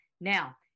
Now